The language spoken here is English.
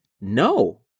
no